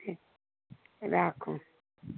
ठीक राखू